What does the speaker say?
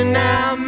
now